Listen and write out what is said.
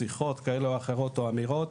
שיחות כאלה או אחרות או אמירות,